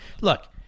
Look